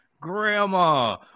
Grandma